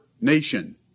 nation